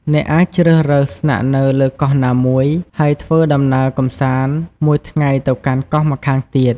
អ្នកអាចជ្រើសរើស ស្នាក់នៅលើកោះណាមួយ ហើយធ្វើដំណើរកម្សាន្តមួយថ្ងៃទៅកាន់កោះម្ខាងទៀត។